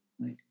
right